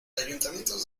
ayuntamientos